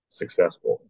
successful